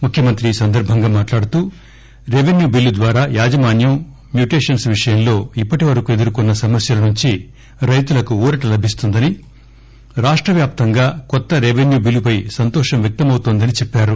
ముఖ్యమంత్రి ఈ సందర్బంగా మాట్లాడుతూ రెవెన్యూ బిల్లు ద్వారా యాజమాన్వం మ్యూటేషన్స్ విషయంలో ఇప్పటి వరకు ఎదుర్కొన్న సమస్యల నుంచి రైతులకు ఊరట లభిస్తుందని రాష్ట వ్యాప్తంగా కొత్త రెవెన్యూ బిల్లుపై సంతోషం వ్యక్తమౌతోందని చెప్పారు